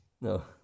No